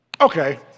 okay